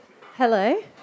Hello